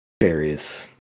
various